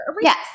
Yes